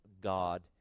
God